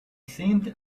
seemed